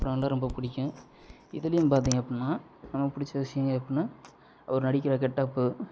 ரொம்ப பிடிக்கும் இதுலேயும் பார்த்தீங்க அப்டின்னா ரொம்ப பிடிச்ச விஷயங்கள் அப்டின்னா ஒரு நடிக்கிற கெட்டப்பு